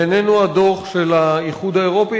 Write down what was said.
ואיננו הדוח של האיחוד האירופי,